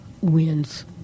wins